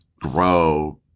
grow